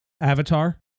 Avatar